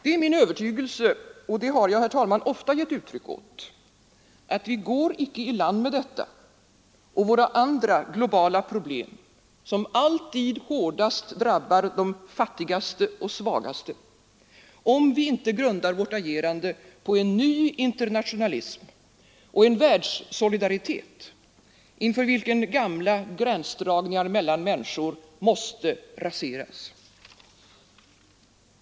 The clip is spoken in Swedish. Det är min övertygelse — och det har jag, herr talman, ofta gett uttryck åt — att vi går icke i land med detta och våra andra problem, som alltid hårdast drabbar de fattigaste och svagaste, om vi inte grundar vårt agerande på en ny internationalism och en världssolidaritet, inför vilken gamla gränsdragningar mellan människor måste raseras.